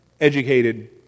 educated